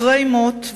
אחרי מות,